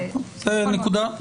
נכון.